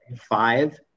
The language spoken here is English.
five